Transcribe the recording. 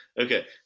Okay